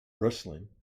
wrestling